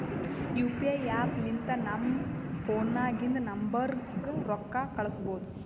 you P I app ಲಿಂತ ನಮ್ ಫೋನ್ನಾಗಿಂದ ನಂಬರ್ಗ ರೊಕ್ಕಾ ಕಳುಸ್ಬೋದ್